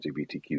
LGBTQ